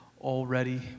already